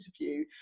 interview